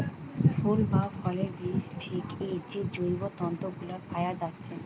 ফুল বা ফলের বীজ থিকে যে জৈব তন্তু গুলা পায়া যাচ্ছে